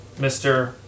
Mr